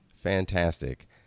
Fantastic